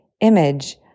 image